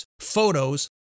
photos